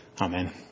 Amen